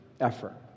effort